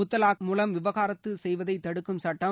முத்தலாக் மூலம் விவகாரத்து செய்வதை தடுக்கும் சட்டம்